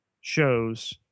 shows